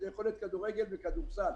כדורגל וכדורסל.